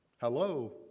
Hello